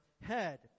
head